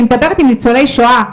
אני מדברת עם ניצולי שואה,